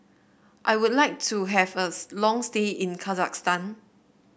I would like to have a long stay in Kazakhstan